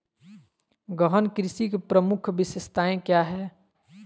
गहन कृषि की प्रमुख विशेषताएं क्या है?